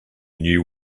knew